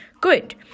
good